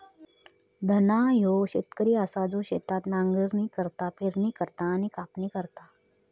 धन्ना ह्यो शेतकरी असा जो शेतात नांगरणी करता, पेरणी करता आणि कापणी करता